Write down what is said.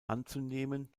anzunehmen